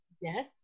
Yes